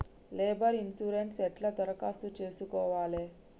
Labour insurance ఎట్ల దరఖాస్తు చేసుకోవాలే?